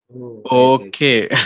okay